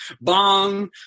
bong